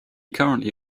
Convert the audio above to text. currently